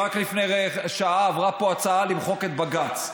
רק לפני שעה עברה פה הצעה למחוק את בג"ץ.